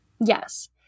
Yes